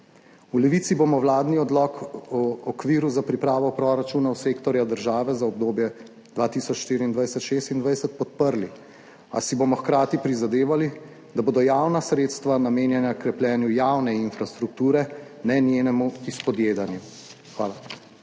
V Levici bomo vladni odlok o okviru za pripravo proračunov sektorja države za obdobje 2024-2026 podprli, a si bomo hkrati prizadevali, da bodo javna sredstva namenjena krepljenju javne infrastrukture, ne njenemu izpodjedanju. Hvala.